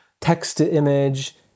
text-to-image